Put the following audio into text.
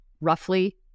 roughly